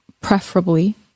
preferably